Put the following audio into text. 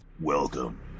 Welcome